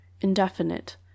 indefinite